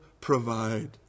provide